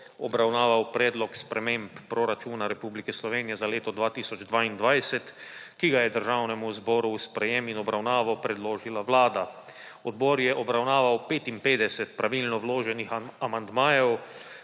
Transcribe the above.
obravnaval Predlog sprememb proračuna Republike Slovenije za leto 2022, ki ga je Državnemu zboru v sprejetje in obravnavo predložila Vlada. Odbor je obravnaval 55 pravilno vloženih amandmajev,